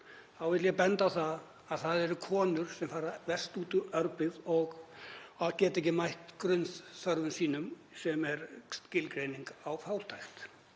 þá vil ég benda á að það eru konur sem fara verst út úr örbirgð og því að geta ekki mætt grunnþörfum sínum, sem er skilgreiningin á fátækt.